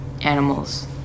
animals